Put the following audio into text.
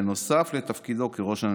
בנוסף לתפקידו כראש הממשלה.